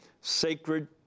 sacred